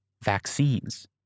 Vaccines